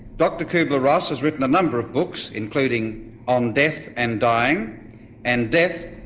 dr kubler-ross has written a number of books including on death and dying and death,